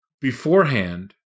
beforehand